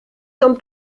son